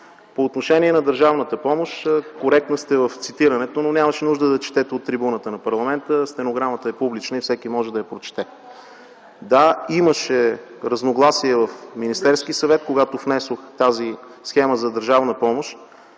По отношение на държавната помощ. Коректна сте в цитирането, но нямаше нужда да четете от трибуната на парламента. Стенограмата е публична и всеки може да я прочете. Да, имаше разногласия в Министерски съвет, когато внесох тази схема за държавна помощ.